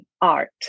art